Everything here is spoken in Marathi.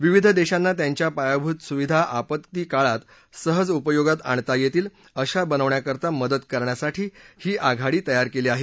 विविध देशांना त्यांच्या पायाभूत सुविधा आपत्काळात सहज उपयोगात आणता येतील अशा बनवण्याकरता मदत करण्यासाठी ही आघाडी तयार केली आहे